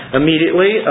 immediately